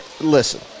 listen